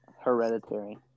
Hereditary